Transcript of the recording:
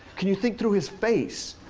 can you think through his face?